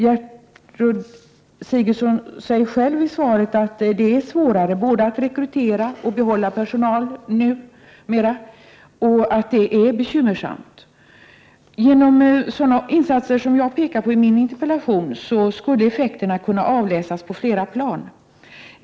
Gertrud Sigurdsen säger själv i svaret att det är svårare både att rekrytera och att behålla personal numera och att det är bekymmersamt. Genom sådana insatser som jag pekar på i min interpellation skulle effekterna kunna avläsas på flera plan.